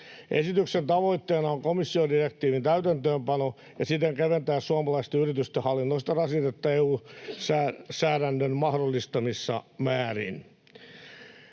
Esityksen tavoitteena on komission direktiivin täytäntöönpano ja siten keventää suomalaisten yritysten hallinnollista rasitetta EU-säädännön mahdollistamissa määrin.